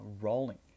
rolling